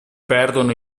perdono